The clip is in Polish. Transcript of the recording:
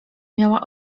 miała